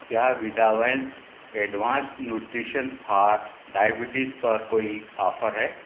क्या विडावैंस advanced nutrition for diabetes पर कोई ऑफ़र है